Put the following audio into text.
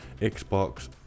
Xbox